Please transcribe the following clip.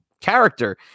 character